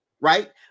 Right